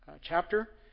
chapter